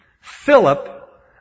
Philip